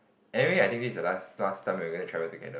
anyway I think this is the last last time we're going to travel together